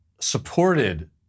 supported